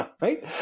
Right